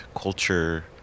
culture